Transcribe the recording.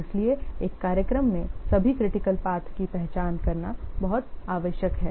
इसलिए एक कार्यक्रम में सभी क्रिटिकल पाथ की पहचान करना बहुत आवश्यक है